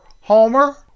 Homer